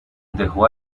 dejó